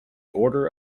order